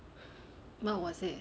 what was it